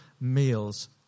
meals